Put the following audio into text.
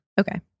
Okay